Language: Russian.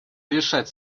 решать